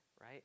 right